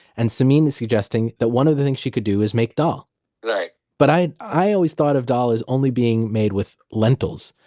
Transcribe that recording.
and samin is suggesting that one of the things she could do is make dal right but i i always thought of dal as only being made with lentils.